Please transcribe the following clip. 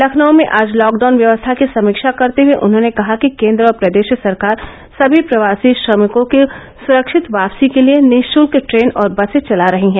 लखनऊ में आज लॉकडाउन व्यवस्था की समीक्षा करते हए उन्हॉने कहा कि केंद्र और प्रदेश सरकार समी प्रवासी श्रमिकों की सुरक्षित वापसी के लिए निश्ल्क ट्रेन और बसे चला रही है